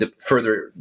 further